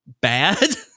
Bad